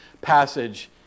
passage